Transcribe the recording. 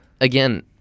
again